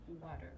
water